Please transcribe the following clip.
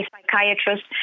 psychiatrist